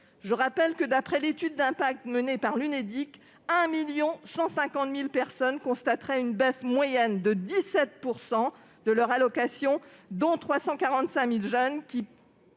Je rappelle que, d'après l'étude d'impact menée par l'Unédic, 1 150 000 personnes constateraient une baisse moyenne de 17 % de leur allocation, dont 345 000 jeunes qui